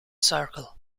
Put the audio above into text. circle